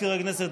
מזכיר הכנסת,